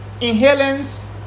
inhalants